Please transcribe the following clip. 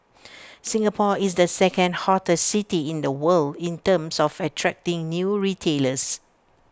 Singapore is the second hottest city in the world in terms of attracting new retailers